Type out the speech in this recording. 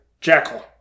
Jackal